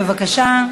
בבקשה.